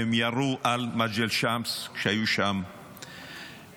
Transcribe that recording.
והם ירו על מג'דל שמאס כשהיו שם ילדים,